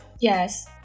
Yes